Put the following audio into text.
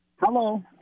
Hello